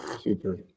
super